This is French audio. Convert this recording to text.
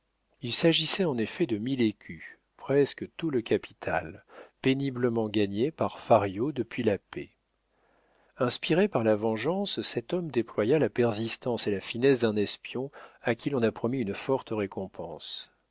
il s'agissait en effet de mille écus presque tout le capital péniblement gagné par fario depuis la paix inspiré par la vengeance cet homme déploya la persistance et la finesse d'un espion à qui l'on a promis une forte récompense